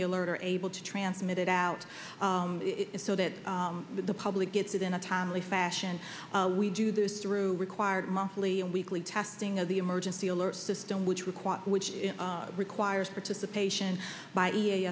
the alert are able to transmit it out so that the public gets it in a timely fashion we do this through required monthly and weekly testing of the emergency alert system which requires which requires participation by